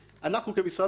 אנחנו כמשרד אוצר,